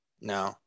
No